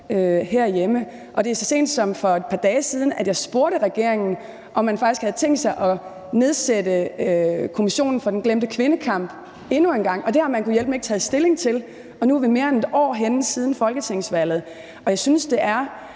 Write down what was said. herhjemme. Så sent som for et par dage siden spurgte jeg regeringen, om man faktisk havde tænkt sig at nedsætte Kommissionen for den glemte kvindekamp endnu en gang, og det har man gudhjælpemig ikke taget stilling til. Nu er vi mere end et år henne siden folketingsvalget, og jeg synes, at det er